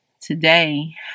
today